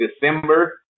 December